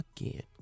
again